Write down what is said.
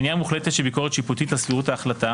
מניעה מוחלטת של ביקורת שיפוטית על סבירות ההחלטה